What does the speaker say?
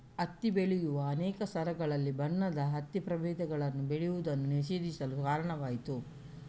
ಹತ್ತಿ ಬೆಳೆಯುವ ಅನೇಕ ಸ್ಥಳಗಳಲ್ಲಿ ಬಣ್ಣದ ಹತ್ತಿ ಪ್ರಭೇದಗಳನ್ನು ಬೆಳೆಯುವುದನ್ನು ನಿಷೇಧಿಸಲು ಕಾರಣವಾಯಿತು